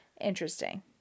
interesting